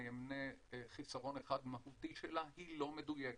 אני אמנה חסרון אחד מהותי שלה היא לא מדויקת.